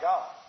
God